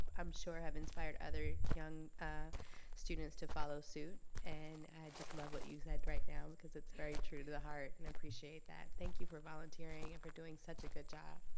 i'm sure, have inspired other young students to follow suit and i just love what you said right now because it's very true to to the heart and i appreciate that. thank you for volunteering and for doing such a good job.